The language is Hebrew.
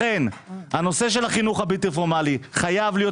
לכן הנושא של החינוך הבלתי פורמלי חייב להיות